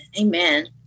Amen